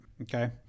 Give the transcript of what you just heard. Okay